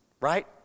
Right